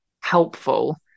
helpful